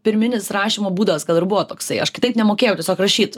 pirminis rašymo būdas gal ir buvo toksai aš kitaip nemokėjau tiesiog rašyt